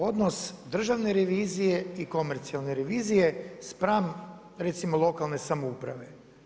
Odnos Državne revizije i komercijalne revizije, spram, recimo lokalne samouprave.